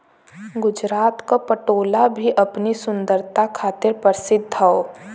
गुजरात क पटोला भी अपनी सुंदरता खातिर परसिद्ध हौ